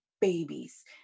babies